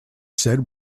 said